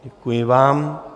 Děkuji vám.